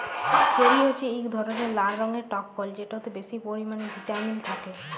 cherry হছে ইক ধরলের লাল রঙের টক ফল যেটতে বেশি পরিমালে ভিটামিল থ্যাকে